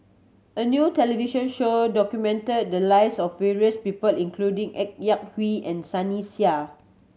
a new television show documented the lives of various people including Ng Yak Whee and Sunny Sia